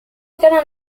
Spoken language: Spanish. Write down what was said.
quedan